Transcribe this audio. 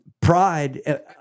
Pride